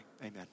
amen